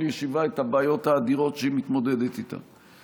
ישיבה את הבעיות האדירות שהיא מתמודדת איתן,